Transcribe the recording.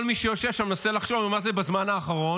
כל מי שיושב שם מנסה לחשוב מה זה בזמן האחרון.